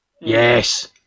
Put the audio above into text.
Yes